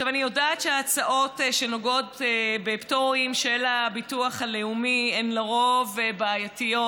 אני יודעת שההצעות שנוגעות בפטורים של הביטוח הלאומי הן לרוב בעייתיות,